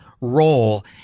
role